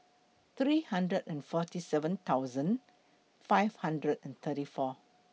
three hundred and forty seven thousand five hundred and thirty four